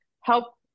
help